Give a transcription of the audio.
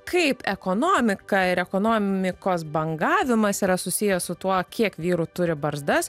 kaip ekonomika ir ekonomikos bangavimas yra susijęs su tuo kiek vyrų turi barzdas